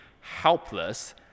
helpless